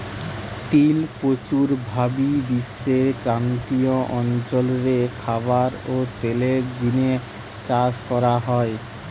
তিল প্রচুর ভাবি বিশ্বের ক্রান্তীয় অঞ্চল রে খাবার ও তেলের জিনে চাষ করা হয়